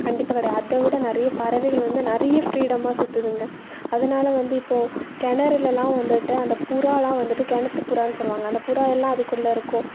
கண்டிப்பாக கிடையாது அதை விட நிறைய பறவைகள் வந்து நிறைய ஃப்ரீடமாக சுற்றுதுங்க அதனால் வந்து இப்போது கிணறுலல்லாம் வந்துட்டு அந்த புறாலெல்லாம் வந்துட்டு கிணத்துப் புறான்னு சொல்வாங்க அந்த புறா எல்லாம் அதுக்குள்ளே இருக்கும்